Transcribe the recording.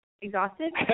Exhausted